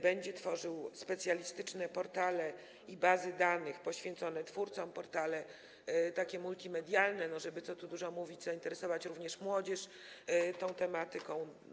Będzie tworzył specjalistyczne portale i bazy danych poświęcone twórcom, portale multimedialne, tak żeby, co tu dużo mówić, zainteresować również młodzież tą tematyką.